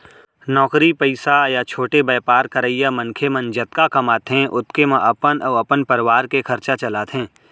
नौकरी पइसा या छोटे बयपार करइया मनखे मन जतका कमाथें ओतके म अपन अउ अपन परवार के खरचा चलाथें